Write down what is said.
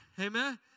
Amen